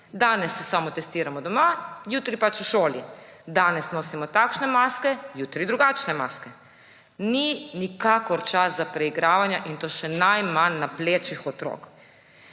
Danes se samotestiramo doma, jutri pač v šoli, danes nosimo takšne maske, jutri drugačne maske. Nikakor ni čas za preigravanja in to še najmanj na plečih otrok.